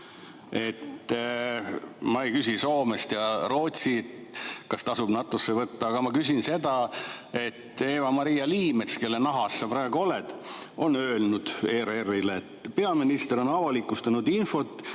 Ma ei küsi Soome ja Rootsi kohta, kas neid tasub NATO-sse võtta. Aga ma küsin seda. Eva-Maria Liimets, kelle nahas sa praegu oled, on öelnud ERR-ile, et peaminister on avalikustanud infot,